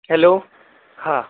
hello હા